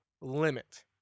limit